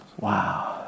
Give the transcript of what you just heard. Wow